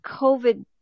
COVID